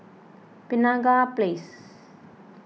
Penaga Place